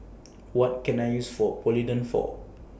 What Can I use For Polident For